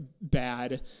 bad